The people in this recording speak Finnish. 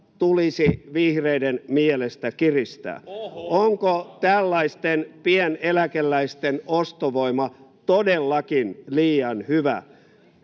tulisi vihreiden mielestä kiristää. Onko tällaisten pieneläkeläisten ostovoima todellakin liian hyvä?